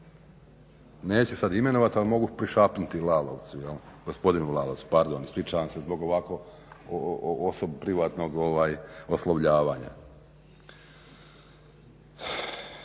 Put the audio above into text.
Neću sad imenovati ali mogu prišapnuti Lalovcu jel', gospodinu Lalovcu pardon ispričavam se zbog ovako privatnog oslovljavanja.